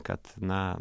kad na